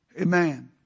Amen